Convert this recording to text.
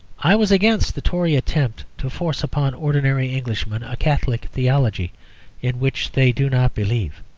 i was against the tory attempt to force upon ordinary englishmen a catholic theology in which they do not believe.